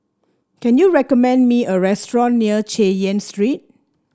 can you recommend me a restaurant near Chay Yan Street